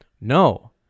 No